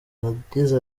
yagize